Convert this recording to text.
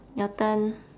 your turn